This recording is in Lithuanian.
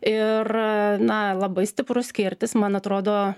ir na labai stiprus kirtis man atrodo